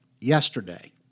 yesterday